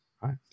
right